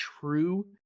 true